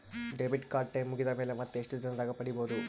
Debit card time ಮುಗಿದ ಮೇಲೆ ಮತ್ತೆ ಎಷ್ಟು ದಿನದಾಗ ಪಡೇಬೋದು?